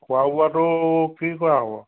খোৱা বোৱাটো কি কৰা হ'ব